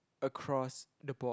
across the board